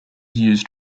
used